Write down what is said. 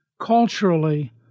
culturally